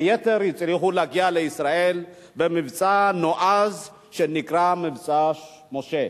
הצליחו להגיע לישראל במבצע נועז שנקרא "מבצע משה".